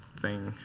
thing.